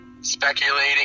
speculating